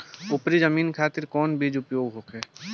उपरी जमीन खातिर कौन बीज उपयोग होखे?